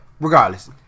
regardless